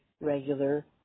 regular